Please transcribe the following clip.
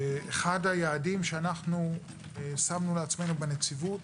אחד היעדים ששמנו לעצמנו בנציבות